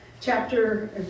chapter